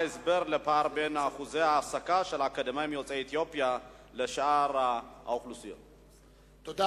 פורסם כי 74% מהאקדמאים יוצאי אתיופיה משתכרים מתחת לשכר הממוצע במשק,